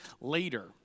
later